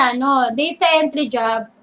ah and a data entry job